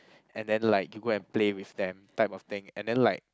and then like you go and play with them type of thing and then like